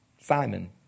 Simon